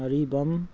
ꯑꯔꯤꯕꯝ